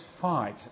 fight